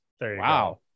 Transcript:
Wow